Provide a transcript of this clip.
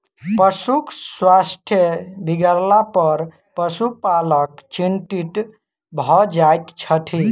पशुक स्वास्थ्य बिगड़लापर पशुपालक चिंतित भ जाइत छथि